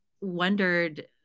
wondered